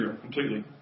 completely